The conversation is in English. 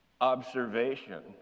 observation